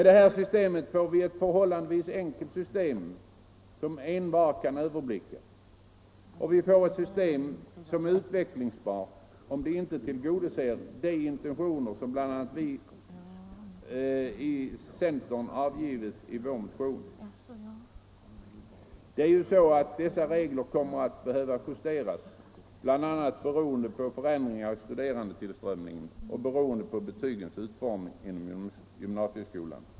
Det här systemet är förhållandevis enkelt och kan överblickas av envar. Systemet är utvecklingsbart, om det skulle visa sig att systemet inte tillgodoser de intentioner som bl.a. vi i centern angivit i vår motion. Det är ju så att dessa regler kommer att behöva justeras bl.a. beroende på förändringar i studerandetillströmningen och beroende på betygens utformning inom gymnasieskolan.